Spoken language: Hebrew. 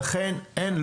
לכן אין,